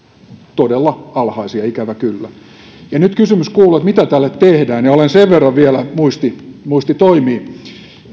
todella alhaisia ikävä kyllä nyt kysymys kuuluu että mitä tälle tehdään sen verran vielä muisti muisti toimii